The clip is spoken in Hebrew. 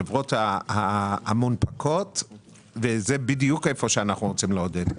חברות המונפקות וזה בדיוק היכן שאנחנו רוצים לעודד.